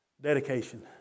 dedication